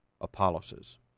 Apollos